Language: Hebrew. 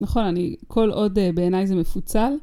נכון, אני, כל עוד בעיניי זה מפוצל,